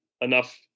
enough